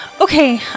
Okay